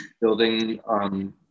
building